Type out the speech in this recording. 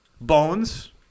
Bones